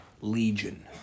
legion